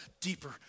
deeper